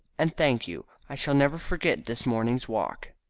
and thank you. i shall never forget this morning's walk.